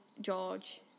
george